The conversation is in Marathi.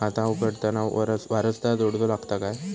खाता उघडताना वारसदार जोडूचो लागता काय?